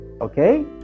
okay